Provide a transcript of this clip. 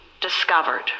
discovered